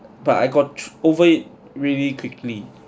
but I got over it really quickly